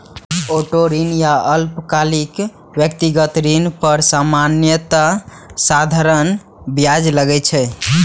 auto ऋण या अल्पकालिक व्यक्तिगत ऋण पर सामान्यतः साधारण ब्याज लागै छै